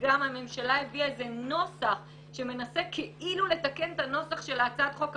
הממשלה הביאה איזה נוסח שמנסה כאילו לתקן את הנוסח של הצעת החוק הפרטית,